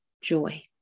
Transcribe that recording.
joy